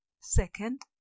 Second